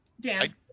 Dan